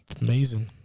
Amazing